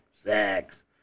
sex